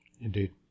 Indeed